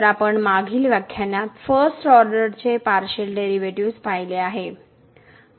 तर आपण मागील व्याख्यानात फर्स्ट ऑर्डरचे पार्शिअल डेरिव्हेटिव्ह्ज पाहिले आहे